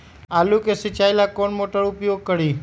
आलू के सिंचाई ला कौन मोटर उपयोग करी?